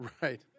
right